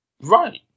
Right